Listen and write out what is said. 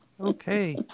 Okay